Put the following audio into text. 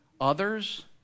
others